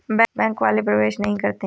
Bank वाले प्रवेश नहीं करते हैं?